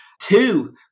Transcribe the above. two